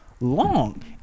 long